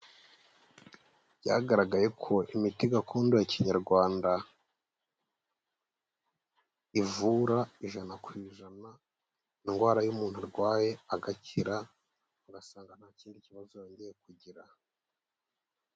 Byagaragaye ko imiti gakondo ya Kinyarwanda, ivura ijana ku ijana indwara iyo umuntu arwaye agakira ugasanga nta kindi kibazo yongeye kugira.